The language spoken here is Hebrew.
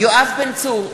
יואב בן צור,